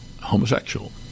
homosexual